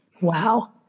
Wow